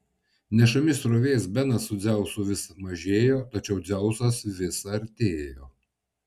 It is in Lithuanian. nešami srovės benas su dzeusu vis mažėjo tačiau dzeusas vis artėjo